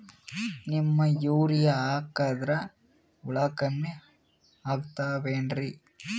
Neem urea ಹಾಕದ್ರ ಹುಳ ಕಮ್ಮಿ ಆಗತಾವೇನರಿ?